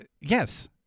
Yes